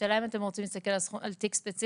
השאלה אם אתם רוצים להסתכל על תיק ספציפי